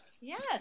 Yes